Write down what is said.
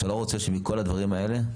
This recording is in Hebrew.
שאתה לא רוצה שמכל הדברים האלה?